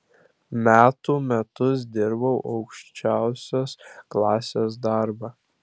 metų metus dirbau aukščiausios klasės darbą